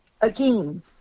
again